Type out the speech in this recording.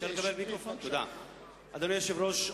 אדוני היושב-ראש,